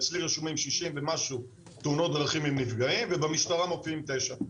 אצלי רשומים שישים ומשהו תאונות דרכים עם נפגעים ובמשטרה מופיעים תשע.